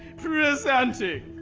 presenting,